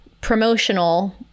promotional